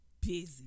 busy